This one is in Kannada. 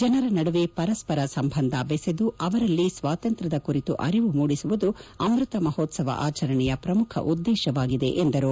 ಜನರ ನಡುವೆ ಪರಸ್ಪರ ಸಂಬಂಧ ಬೆಸೆದು ಅವರಲ್ಲಿ ಸ್ವಾತಂತ್ರ್ಕದ ಕುರಿತು ಅರಿವು ಮೂಡಿಸುವುದು ಅಮೃತ ಮಹೋತ್ಸವ ಆಚರಣೆಯ ಪ್ರಮುಖ ಉದ್ದೇಶವಾಗಿದೆ ಎಂದರು